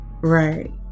Right